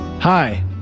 Hi